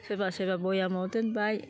सोरबा सोरबा बयामाव दोनबाय